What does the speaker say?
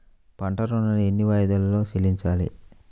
పంట ఋణాన్ని ఎన్ని వాయిదాలలో చెల్లించాలి?